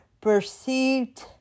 perceived